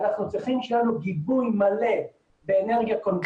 אנחנו צריכים שיהיה לנו גיבוי באנרגיה קונבנציונאלית.